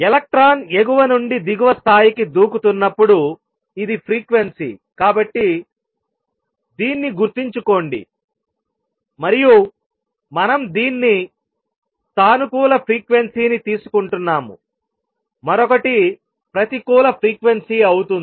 electron ఎగువ నుండి దిగువ స్థాయికి దూకుతున్నప్పుడు ఇది ఫ్రీక్వెన్సీ కాబట్టి దీన్ని గుర్తుంచుకోండి మరియు మనం దీన్ని సానుకూల ఫ్రీక్వెన్సీ ని తీసుకుంటున్నాము మరొకటి ప్రతికూల ఫ్రీక్వెన్సీ అవుతుంది